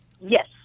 Yes